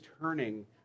turning